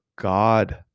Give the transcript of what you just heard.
God